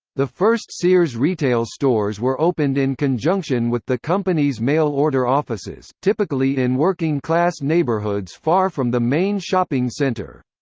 the first sears retail stores were opened in conjunction with the company's mail order offices, typically in working-class neighborhoods far from the main shopping center.